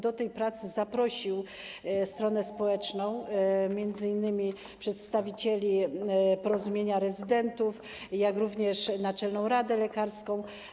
Do tej pracy zaprosił stronę społeczną, m.in. przedstawicieli Porozumienia Rezydentów, jak również Naczelną Radę Lekarską.